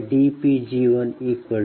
L1dC1dPg10